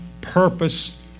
purpose